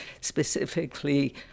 specifically